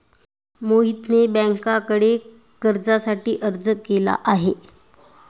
मोहितने बँकेकडे कर्जासाठी अर्ज केला आहे